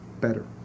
better